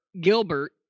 Gilbert